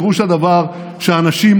ופירוש הדבר שאנשים,